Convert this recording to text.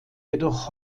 jedoch